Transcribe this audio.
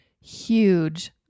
huge